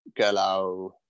Galau